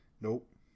Nope